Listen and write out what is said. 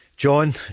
John